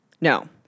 No